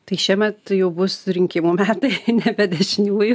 tai šiemet jau bus rinkimų metai nebe dešiniųjų